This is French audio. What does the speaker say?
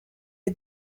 est